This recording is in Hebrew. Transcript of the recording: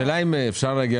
השאלה היא האם אפשר להגיע